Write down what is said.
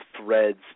threads